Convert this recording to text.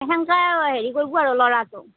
সেনকেয়ে হেৰি কৰবো আৰু ল'ৰাটোক